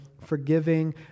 forgiving